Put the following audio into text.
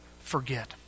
forget